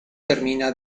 termina